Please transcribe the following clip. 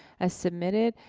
as submitted.